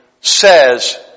says